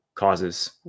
Causes